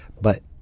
But-